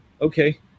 okay